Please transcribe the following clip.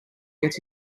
gets